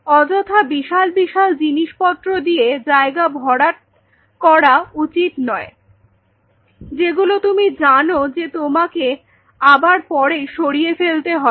অযথা বিশাল বিশাল জিনিসপত্র দিয়ে জায়গা ভরাট করা উচিত নয় যেগুলো তুমি জানো যে তোমাকে আবার পরে সরিয়ে ফেলতে হবে